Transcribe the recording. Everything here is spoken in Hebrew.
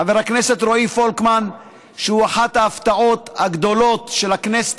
חבר הכנסת רועי פולקמן הוא אחת ההפתעות הגדולות של הכנסת